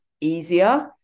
easier